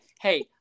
Hey